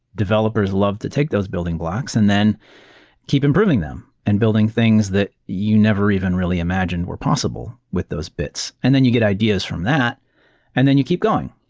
developers love the take those building blocks and then keep improving them and building things that you never even really imagine were possible with those bits, and then you get ideas from that and then you keep going.